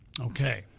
Okay